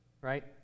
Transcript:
right